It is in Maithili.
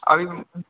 अभी